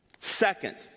Second